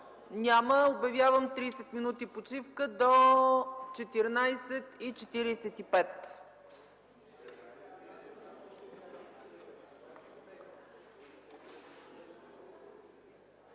Няма. Обявявам 30 минути почивка – до 14,45